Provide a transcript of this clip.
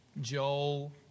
Joel